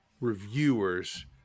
reviewers